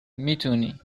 میتونی